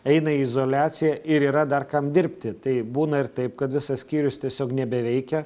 eina į izoliaciją ir yra dar kam dirbti tai būna ir taip kad visas skyrius tiesiog nebeveikia